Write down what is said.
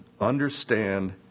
understand